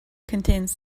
contains